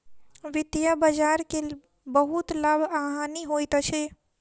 वित्तीय बजार के बहुत लाभ आ हानि होइत अछि